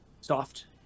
Soft